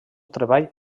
treball